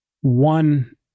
One